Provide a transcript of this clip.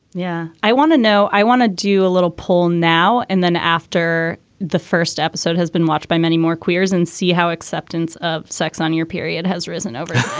yeah. i want to know i want to do a little poll now and then after the first episode has been watched by many more quieres and see how acceptance of sex on your period has risen over,